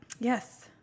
yes